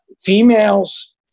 females